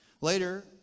Later